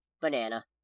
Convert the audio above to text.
Banana